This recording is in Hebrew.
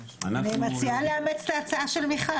אני מציעה לאמץ את ההצעה של מיכל.